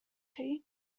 chi